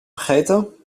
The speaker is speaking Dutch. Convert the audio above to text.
vergeten